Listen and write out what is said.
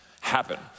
happen